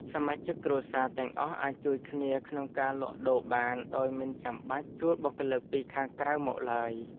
សមាជិកគ្រួសារទាំងអស់អាចជួយគ្នាក្នុងការលក់ដូរបានដោយមិនចាំបាច់ជួលបុគ្គលិកពីខាងក្រៅមកឡើយ។